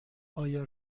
آیا